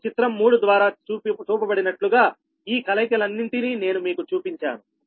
మీ చిత్రం 3 ద్వారా చూపబడినట్లుగా ఈ కలయికలన్నింటినీ నేను మీకు చూపించాను